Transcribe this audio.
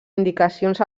indicacions